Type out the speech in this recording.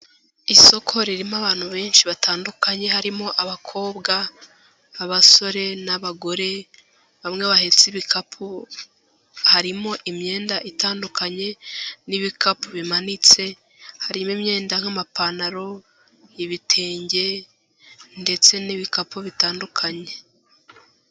Isoko ririmo abantu benshi batandukanye, harimo abakobwa abasore n'abagore, bamwe bahetse ibikapu, harimo imyenda itandukanye n'ibikapu bimanitse, harimo imyenda nk'amapantalo ibitenge ndetse n'ibikapu bitandukanye.